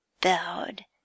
bowed